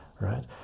right